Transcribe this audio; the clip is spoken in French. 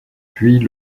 puits